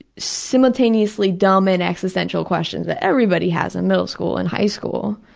simultaneously dumb and existential questions that everybody has in middle school and high school.